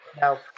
Now